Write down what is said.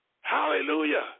Hallelujah